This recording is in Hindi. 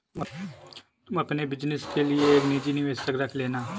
तुम अपने बिज़नस के लिए एक निजी निवेशक रख लेना